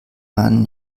man